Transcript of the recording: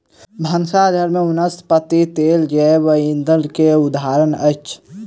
भानस घर में वनस्पति तेल जैव ईंधन के उदाहरण अछि